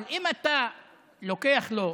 אבל אם אתה לוקח לו,